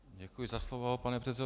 Děkuji za slovo, pane předsedo.